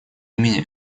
имени